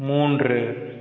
மூன்று